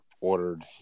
ordered